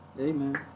Amen